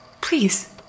Please